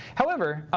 however,